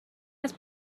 است